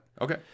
Okay